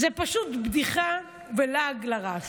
זה פשוט בדיחה ולעג לרש.